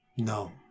No